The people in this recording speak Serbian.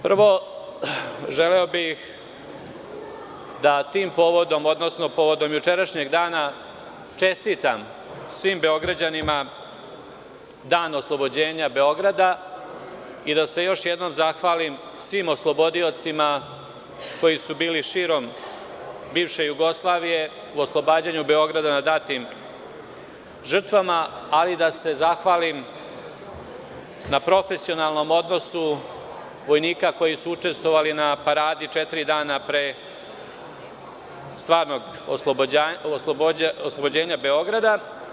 Prvo, želeo bih da tim povodom, odnosno povodom jučerašnjeg dana, čestitam svim Beograđanima Dan oslobođenja Beograda i da se još jednom zahvalim svim oslobodiocima, koji su bili širom bivše Jugoslavije u oslobađanju Beograda, na datim žrtvama, ali i da se zahvalim na profesionalnom odnosu vojnika koji su učestvovali na Paradi četiri dana pre stvarnog oslobođenja Beograda.